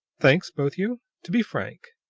thanks, both you. to be frank,